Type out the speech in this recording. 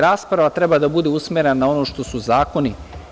Rasprava treba da bude usmerena na ono što su zakoni.